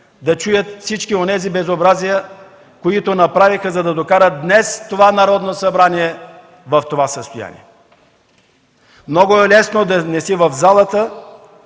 да чуят всички онези безобразия, които направиха, за да докарат днес това Народно събрание в това състояние. Много е лесно да не си в залата,